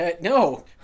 No